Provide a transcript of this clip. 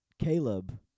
Caleb